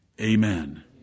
Amen